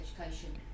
education